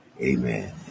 Amen